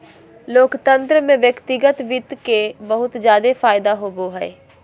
लोकतन्त्र में व्यक्तिगत वित्त के बहुत जादे फायदा होवो हय